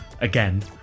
again